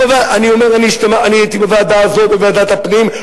אני אומר, אני הייתי בוועדה הזאת, בוועדת הפנים.